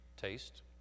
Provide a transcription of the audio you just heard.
Taste